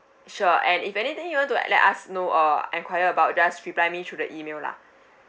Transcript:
sure and if anything you want to let us know or enquire about just reply me through the email lah